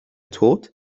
tot